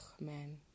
man